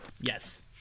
Yes